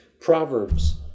Proverbs